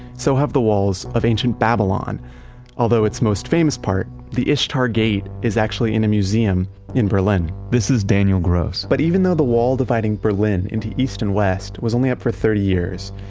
so have the walls of ancient babylon although, it's most famous part, the ishtar gate is actually in a museum in berlin this is daniel gross but even though the wall dividing berlin into east and west was only up for thirty years,